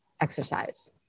exercise